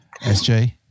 SJ